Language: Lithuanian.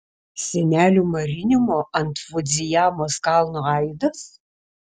senelių marinimo ant fudzijamos kalno aidas